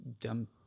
dump